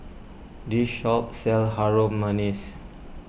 this shop sells Harum Manis